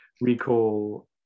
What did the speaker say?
recall